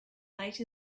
late